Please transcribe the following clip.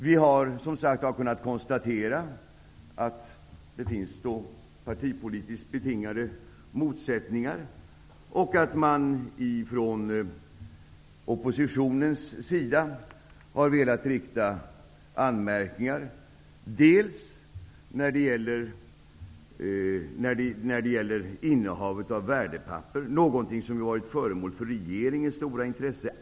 Vi har som sagt kunnat konstatera att det finns partipolitiskt betingade motsättningar och att man från oppositionens sida har velat rikta anmärkningar bl.a. när det gäller innehavet av värdepapper, något som har varit föremål för regeringens stora intresse.